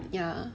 ya